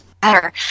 better